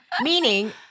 Meaning